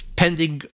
pending